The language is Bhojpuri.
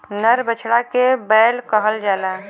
नर बछड़ा के बैल कहल जाला